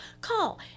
Call